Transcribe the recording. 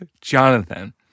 Jonathan